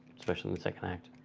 especially in the second act.